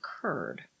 occurred